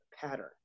pattern